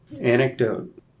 anecdote